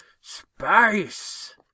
SPACE